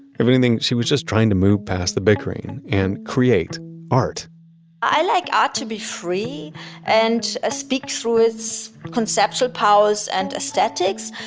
if anything, she was just trying to move past the bickering and create art i like art to be free and ah speak through its conceptual powers and aesthetics.